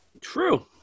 True